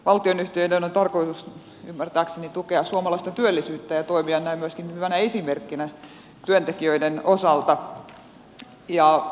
valtionyhtiöiden on tarkoitus ymmärtääkseni tukea suomalaista työllisyyttä ja toimia näin myöskin hyvänä esimerkkinä työntekijöiden osalta